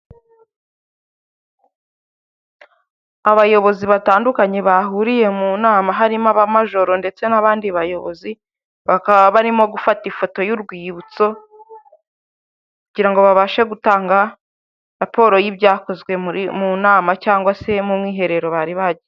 Abayobozi batandukanye bahuriye mu nama harimo aba majoro ndetse n'abandi bayobozi, bakaba barimo gufata ifoto y'urwibutso kugira ngo babashe gutanga raporo y'ibyakozwe mu nama cyangwa se mu mwiherero bari bagiyemo.